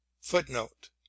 Footnote